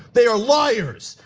they are liars.